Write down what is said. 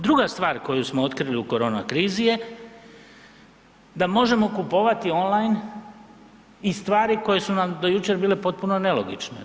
Druga stvar koju smo otkrili u korona krizi je da možemo kupovati online i stvari koje su nam do jučer bile potpuno nelogične.